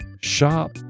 shop